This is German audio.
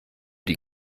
die